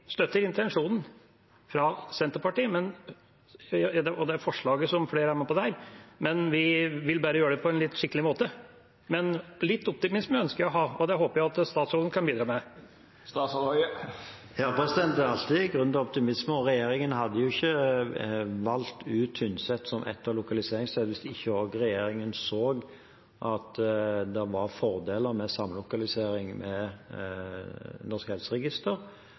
vil bare gjøre det på en litt skikkelig måte. Litt optimisme ønsker jeg å ha, og det håper jeg at statsråden kan bidra med. Det er alltid grunn til optimisme, og regjeringen hadde jo ikke valgt Tynset som et av lokaliseringsstedene hvis ikke også regjeringen så at det var fordeler med samlokalisering med